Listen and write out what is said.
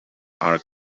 are